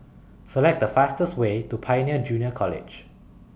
Select The fastest Way to Pioneer Junior College